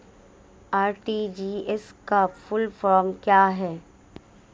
RTGS का full form क्या है?